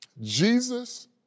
Jesus